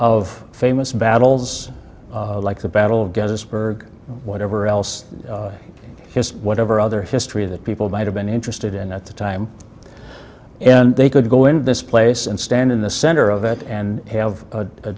of famous battles like the battle of gettysburg whatever else it has whatever other history that people might have been interested in at the time and they could go in this place and stand in the center of it and have a